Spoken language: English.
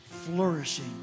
flourishing